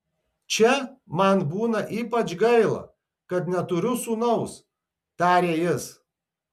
čia man būna ypač gaila kad neturiu sūnaus tarė jis